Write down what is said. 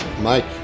Mike